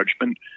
judgment